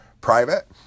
private